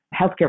healthcare